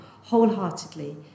wholeheartedly